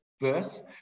verse